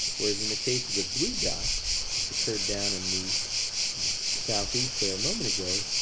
whereas, in the case of the blue dots, which occurred down in the southeast there a moment ago,